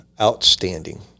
outstanding